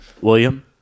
William